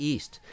East